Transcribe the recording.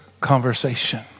conversation